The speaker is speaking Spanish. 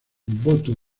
voto